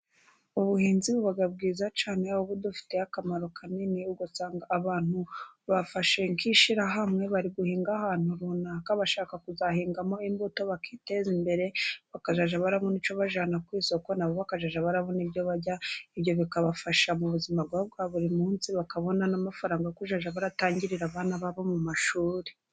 Ubuhinzi buba bwiza cyane aho budufitiye akamaro kanini, ugasanga abantu bafashe nk'ishyirahamwe bari guhinga ahantu runaka bashaka kuzahingamo imbuto bakiteza imbere, bakazajya barabona icyo bajyana ku isoko na bo bakazajya barabona ibyo barya, ibyo bikabafasha mu buzima bwabo bwa buri munsi bakabona n'amafaranga kuzajya baratangirira abana babo mu mashuri.